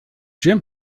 jim